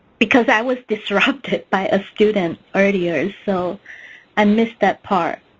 because i was disrupted by a student earlier so i missed that part.